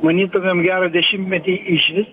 manytumėm gerą dešimtmetį išvis